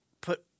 put